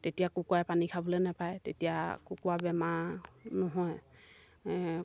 তেতিয়া কুকুৰাই পানী খাবলৈ নেপায় তেতিয়া কুকুৰা বেমাৰ নহয়